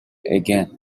again